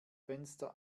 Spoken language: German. fenster